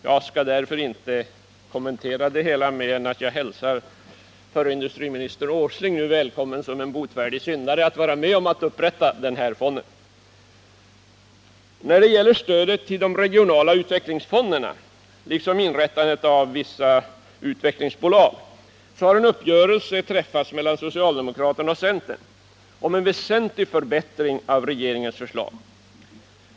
Jag skall därför inte kommentera det hela mer än att jag hälsar förre industriministern Åsling välkommen att som en botfärdig syndare vara med oss om att upprätta den här fonden. När det gäller stödet till de regionala utvecklingsfonderna liksom inrättande av vissa utvecklingsbolag har en uppgörelse träffats mellan socialdemokraterna och centern om en väsentlig förbättring av regeringens förslag.